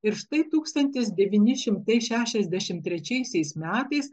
ir štai tūkstantis devyni šimtai šešiasdešimt trečiaisiais metais